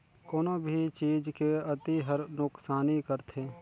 कोनो भी चीज के अती हर नुकसानी करथे